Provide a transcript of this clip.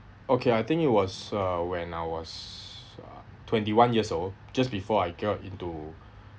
okay I think it was uh when I was uh twenty one years old just before I got into